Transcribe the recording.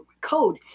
code